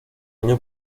año